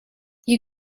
you